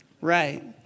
Right